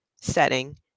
setting